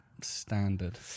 standard